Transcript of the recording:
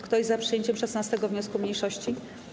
Kto jest za przyjęciem 16. wniosku mniejszości?